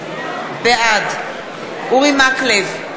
בעד אורי מקלב,